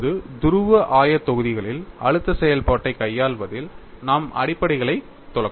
இப்போது துருவ ஆயத்தொகுதிகளில் அழுத்த செயல்பாட்டைக் கையாள்வதில் நமது அடிப்படைகளைத் துலக்குவோம்